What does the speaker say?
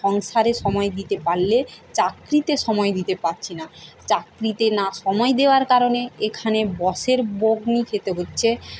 সংসারে সময় দিতে পারলে চাকরিতে সময় দিতে পারছি না চাকরিতে না সময় দেওয়ার কারণে এখানে বসের বকুনি খেতে হচ্ছে